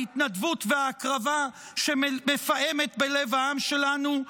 ההתנדבות וההקרבה שמפעמת בלב העם שלנו?